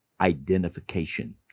identification